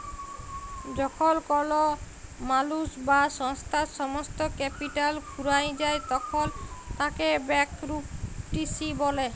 যখল কল মালুস বা সংস্থার সমস্ত ক্যাপিটাল ফুরাঁয় যায় তখল তাকে ব্যাংকরূপটিসি ব্যলে